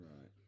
Right